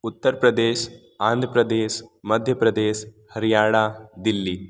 Uttar Pradesh Andhra Pradesh Madhya Pradesh Haryana Delhi